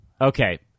Okay